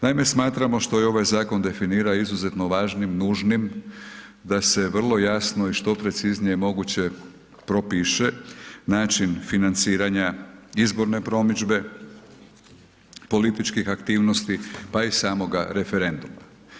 Naime, smatramo što ovaj zakon definira, izuzetno važnim, nužnim, da se vrlo jasno i što preciznije moguće propiše način financiranja izborne promidžbe, političkih aktivnosti, pa i samoga referenduma.